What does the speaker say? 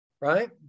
right